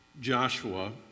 Joshua